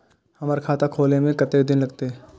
हमर खाता खोले में कतेक दिन लगते?